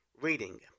reading